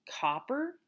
copper